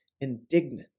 indignant